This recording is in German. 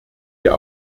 der